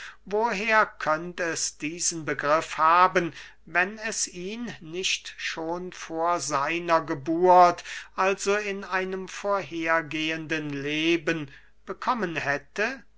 woher könnt es diesen begriff haben wenn es ihn nicht schon vor seiner geburt also in einem vorhergehenden leben bekommen hätte